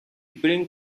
bring